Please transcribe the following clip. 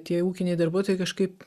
tie ūkiniai darbuotojai kažkaip